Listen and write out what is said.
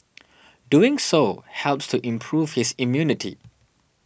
doing so helps to improve his immunity